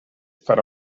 farà